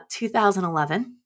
2011